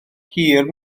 hir